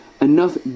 enough